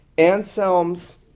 Anselm's